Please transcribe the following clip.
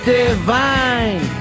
divine